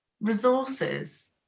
resources